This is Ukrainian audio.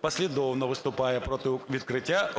послідовно виступає проти відкриття